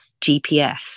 GPS